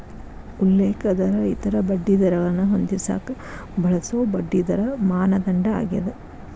ಉಲ್ಲೇಖ ದರ ಇತರ ಬಡ್ಡಿದರಗಳನ್ನ ಹೊಂದಿಸಕ ಬಳಸೊ ಬಡ್ಡಿದರ ಮಾನದಂಡ ಆಗ್ಯಾದ